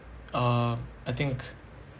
um I think